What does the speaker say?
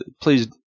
please